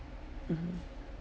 mmhmm